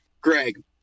greg